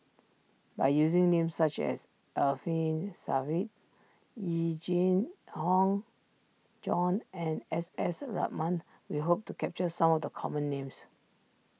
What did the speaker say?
by using names such as Alfian Sa'At Yee Jenn hong Jong and S S Ratnam we hope to capture some of the common names